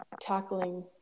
tackling